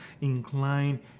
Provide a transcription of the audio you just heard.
Incline